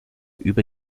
über